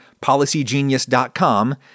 policygenius.com